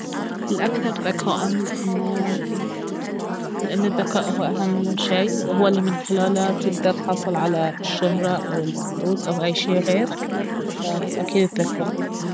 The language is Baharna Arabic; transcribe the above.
الأكثر ذكاءً لانه الذكاء اهو اهم شي وهو الي من خلاله تقدر تحصل على الشهرة او الفلوس او أي شي غير فأكيد الذكاء